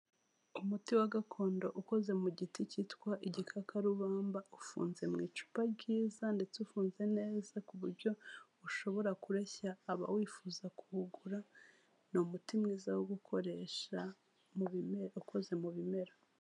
Umuti wa gakondo ukoze mu giti kitwa igikakarubamba, ufunze mu icupa ryiza ndetse ufunze neza ku buryo ushobora kureshya abawifuza kuwugura ni umuti mwiza wo gukoresha mu bimera, ukoze mu bimera.